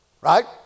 right